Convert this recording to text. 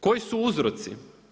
Koji su uzroci?